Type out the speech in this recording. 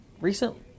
recently